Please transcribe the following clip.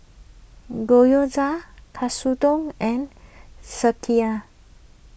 Gyoza Katsudon and Sekihan